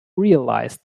realised